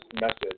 message